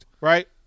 Right